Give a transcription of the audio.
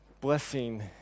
blessing